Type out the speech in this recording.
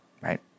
right